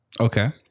Okay